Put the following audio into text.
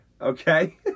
okay